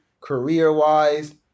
career-wise